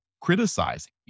criticizing